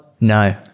no